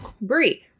Brie